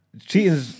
cheating